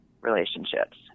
relationships